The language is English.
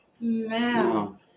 man